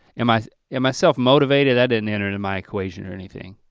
am i am i self-motivated, that didn't enter and in my equation or anything.